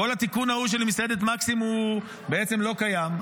וכל התיקון ההוא של מסעדת מקסים בעצם לא קיים,